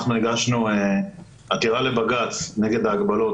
אנחנו הגשנו עתירה לבג"ץ נגד ההגבלות